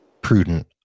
prudent